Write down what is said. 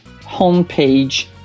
homepage